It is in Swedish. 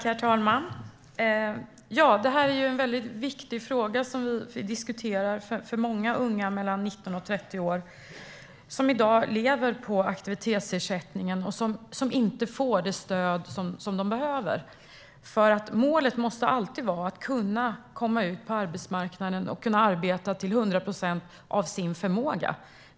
Herr talman! Den fråga som vi diskuterar är mycket viktig för många unga mellan 19 och 30 år som i dag lever på aktivitetsersättning och som inte får det stöd som de behöver. Målet måste nämligen alltid vara att kunna komma ut på arbetsmarknaden och kunna arbeta till 100 procent av sin förmåga.